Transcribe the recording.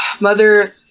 Mother